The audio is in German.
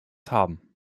haben